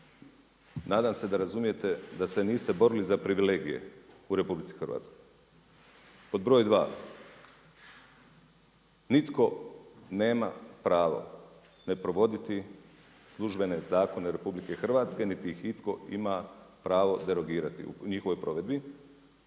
nadam se da razumijete da se niste borili za privilegije u RH. Pod broj dva, nitko nema pravo ne provoditi službene zakone RH niti ih itko ima pravo derogirati u njihovoj provedbi,